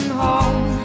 home